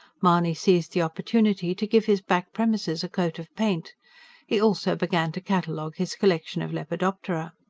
mahony seized the opportunity to give his back premises a coat of paint he also began to catalogue his collection of lepidoptera.